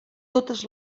totes